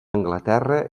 anglaterra